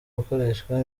gukoreshwa